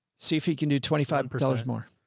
see if he can do twenty five dollars more.